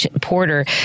Porter